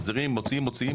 מחזירים ומוציאים,